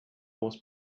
was